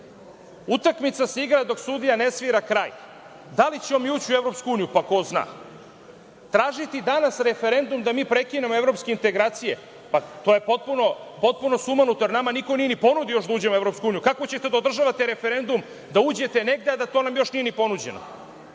Utakmica se igra dok sudija ne svira kraj. Da li ćemo mi ući u EU? Pa, ko zna. Tražiti danas referendum da mi prekinemo evropske integracije, to je potpuno sumanuto, jer nama niko nije još ni ponudio da uđemo u EU. Kako ćete da održavate referendum da uđete negde, a da nam to još nije ni ponuđeno?